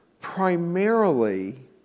primarily